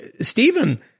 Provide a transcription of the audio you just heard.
Stephen